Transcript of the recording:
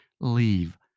leave